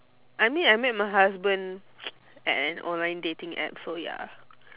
I mean I met my husband at an online dating app so ya